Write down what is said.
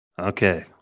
Okay